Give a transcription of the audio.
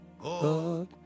God